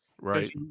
right